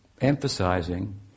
emphasizing